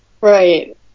Right